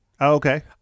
okay